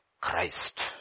Christ